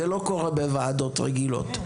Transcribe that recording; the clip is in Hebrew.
זה לא קורה בוועדות רגילות.